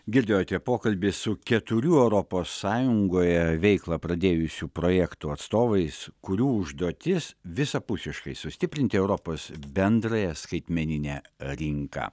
girdėjote pokalbį su keturių europos sąjungoje veiklą pradėjusių projektų atstovais kurių užduotis visapusiškai sustiprinti europos bendrąją skaitmeninę rinką